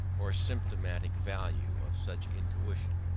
or symptomatic value of such intuition,